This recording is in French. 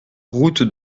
route